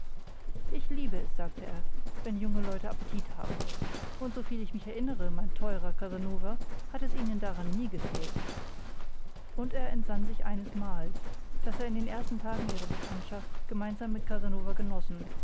ich liebe es sagte er wenn junge leute appetit haben und soviel ich mich erinnere mein teuerer casanova hat es ihnen daran nie gefehlt und er entsann sich eines mahls das er in den ersten tagen ihrer bekanntschaft gemeinsam mit casanova genossen